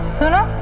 sooner